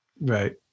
Right